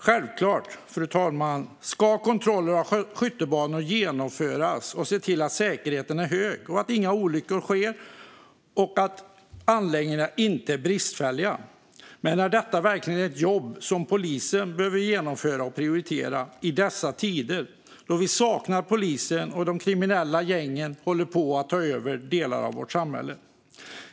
Självklart, fru talman, ska kontroller av skjutbanor genomföras för att se till säkerheten är hög, att inga olyckor sker och att anläggningarna inte är bristfälliga. Men är detta verkligen ett jobb som polisen behöver genomföra och prioritera i dessa tider då vi saknar polisen och då de kriminella gängen håller på att ta över delar av vårt samhälle?